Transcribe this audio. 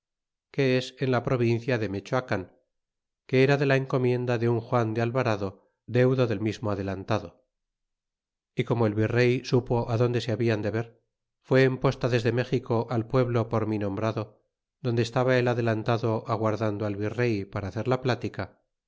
que es en la provincia de mecboacan que era de la encomienda de un juan de albarado deudo del mismo adelantado y como el virey supo donde se hablan de ver fué en posta desde méxico al pueblo por mí nombrado donde estaba el adelantado aguardando al virey para hacer la plática